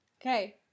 Okay